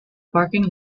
parking